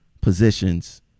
positions